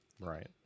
right